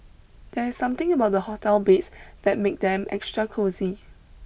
there's something about the hotel beds that make them extra cosy